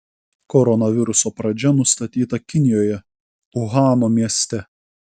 koronaviruso pradžia nustatyta kinijoje uhano mieste